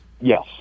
Yes